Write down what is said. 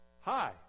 hi